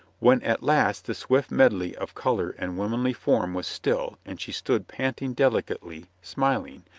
when at last the swift medley of color and womanly form was still, and she stood panting delicately, smiling,